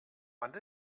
and